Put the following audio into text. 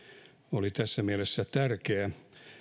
oli tässä mielessä tärkeä